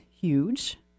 huge